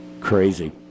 Crazy